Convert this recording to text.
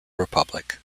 republic